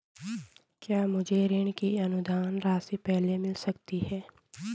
क्या मुझे ऋण की अनुदान राशि पहले मिल सकती है?